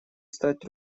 стать